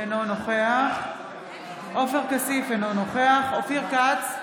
אינו נוכח עופר כסיף, אינו נוכח אופיר כץ,